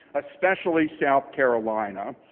especially south carolina.